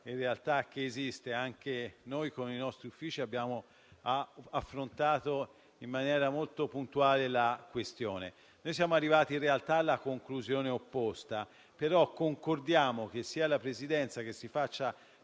un tema che esiste. Anche con i nostri uffici abbiamo affrontato in maniera molto puntuale la questione e siamo arrivati alla conclusione opposta, ma concordiamo che sia la Presidenza a farsi